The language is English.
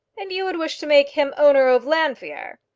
and you would wish to make him owner of llanfeare?